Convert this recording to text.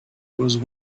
was